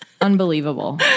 Unbelievable